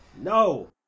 No